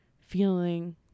feeling